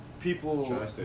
people